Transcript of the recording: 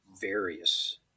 various